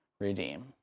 redeem